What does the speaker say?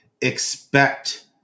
expect